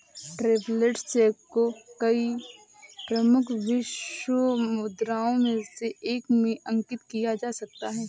travellers cheque को कई प्रमुख विश्व मुद्राओं में से एक में अंकित किया जा सकता है